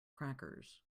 crackers